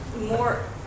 more